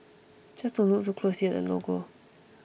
just don't look too closely at the logo